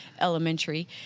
elementary